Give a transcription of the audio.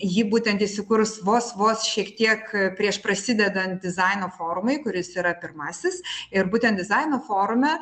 ji būtent įsikurs vos vos šiek tiek prieš prasidedant dizaino forumui kuris yra pirmasis ir būtent dizaino forume